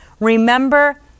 Remember